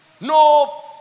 No